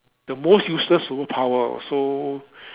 the most useless superpower also